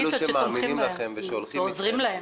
אלו שמאמינים לכם ושהולכים איתכם,